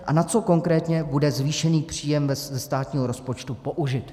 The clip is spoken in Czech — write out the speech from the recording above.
A na co konkrétně bude zvýšený příjem státního rozpočtu použit?